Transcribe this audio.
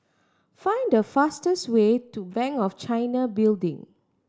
find the fastest way to Bank of China Building